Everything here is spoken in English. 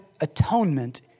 atonement